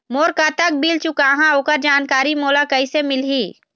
मोर कतक बिल चुकाहां ओकर जानकारी मोला कैसे मिलही?